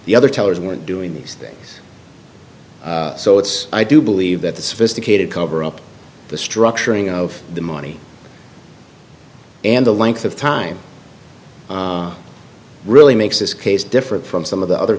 the other tellers weren't doing these things so it's i do believe that the sophisticated coverup the structuring of the money and the length of time really makes this case different from some of the other